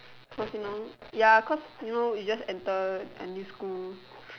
personal ya cause you know you enter a new school